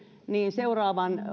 seuraavan